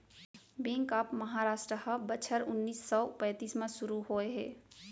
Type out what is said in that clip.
bank of Maharashtra ह बछर उन्नीस सौ पैतीस म सुरू होए हे